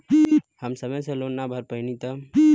हम समय से लोन ना भर पईनी तब?